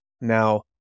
Now